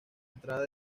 entrada